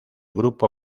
grupo